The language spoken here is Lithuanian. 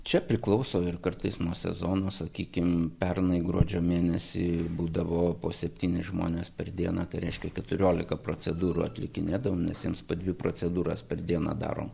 čia priklauso ir kartais nuo sezono sakykim pernai gruodžio mėnesį būdavo po septynis žmones per dieną tai reiškia keturiolika procedūrų atlikinėdavom nes jiems po dvi procedūras per dieną darom